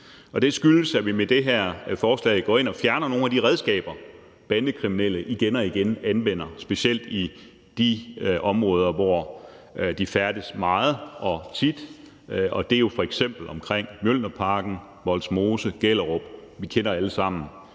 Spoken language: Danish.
Og det skyldes, at vi med det her forslag går ind og fjerner nogle af de redskaber, bandekriminelle igen og igen anvender, specielt i de områder, hvor de færdes meget og tit. Det er jo f.eks. omkring Mjølnerparken, Vollsmose, Gellerupparken; vi kender alle sammen